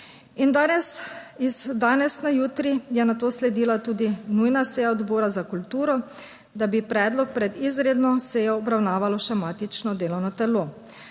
iz danes na jutri je nato sledila tudi nujna seja Odbora za kulturo, da bi predlog pred izredno sejo obravnavalo še matično delovno telo.